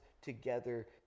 together